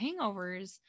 hangovers